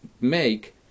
make